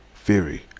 Theory